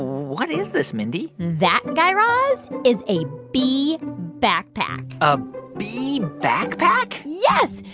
what is this, mindy? that, guy raz, is a bee backpack a bee backpack? yes.